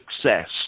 success